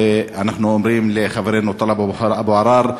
ואנחנו אומרים לחברנו טלב אבו עראר: